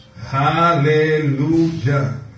Hallelujah